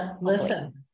Listen